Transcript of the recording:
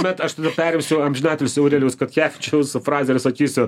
bet aš tada perimsiu amžinatilsį aurelijaus katkevičiaus frazę ir sakysiu